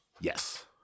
Yes